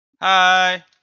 Hi